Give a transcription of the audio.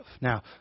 Now